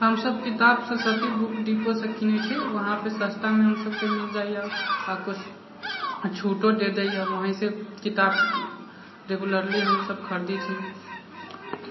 हमसब किताब सरस्वती बुक डिपोसँ किनै छी वहाँपर सस्तामे हमसबके मिलि जाइए आओर किछु छूटो दऽ दैए वहीँसँ किताब रेग्युलरली हमसब खरीदै छी